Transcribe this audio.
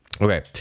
Okay